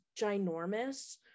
ginormous